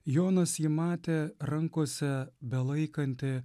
jonas jį matė rankose belaikantį